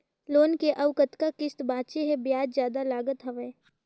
Loan के अउ कतका किस्त बांचें हे? ब्याज जादा लागत हवय,